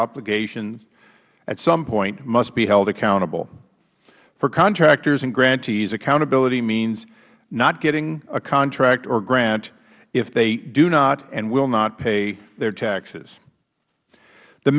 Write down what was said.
obligations at some point must be held accountable for contractors and grantees accountability means not getting a contract or grant if they do not and will not pay their taxes th